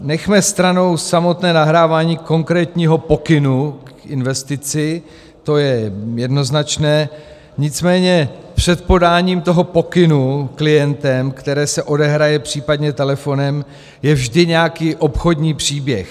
Nechme stranou samotné nahrávání konkrétního pokynu k investici, to je jednoznačné, nicméně před podáním toho pokynu klientem, které se odehraje případně telefonem, je vždy nějaký obchodní příběh.